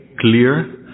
clear